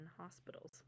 hospitals